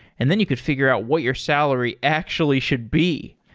and then you could figure out what your salary actually should be.